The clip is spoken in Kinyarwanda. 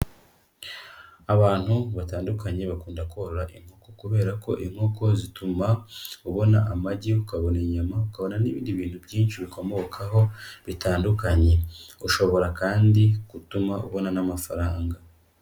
Abantu batandukanye bakunda korora inkoko, kubera ko inkoko zituma ubona amagi, ukabona inyama, ukabona n'ibindi bintu byinshi bikomokaho bitandukanye, ushobora kandi gutuma ubona n'amafaranga.